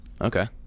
Okay